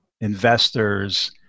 investors